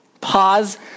Pause